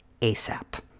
ASAP